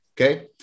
Okay